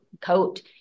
coat